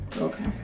Okay